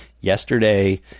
Yesterday